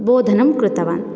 बोधनं कृतवान्